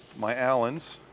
my allens.